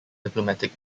diplomatic